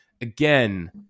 again